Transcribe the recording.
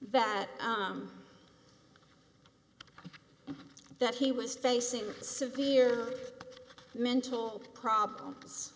that that he was facing severe mental problems